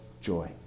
joy